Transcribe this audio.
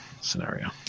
scenario